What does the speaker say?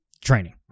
training